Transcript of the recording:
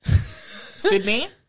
Sydney